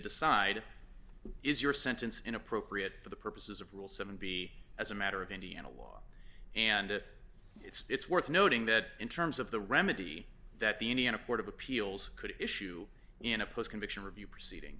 decide is your sentence inappropriate for the purposes of rule seven b as a matter of indiana law and it's worth noting that in terms of the remedy that the any in a court of appeals could issue in a post conviction review proceeding